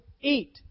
eat